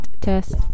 Test